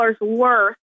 worth